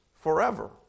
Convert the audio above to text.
forever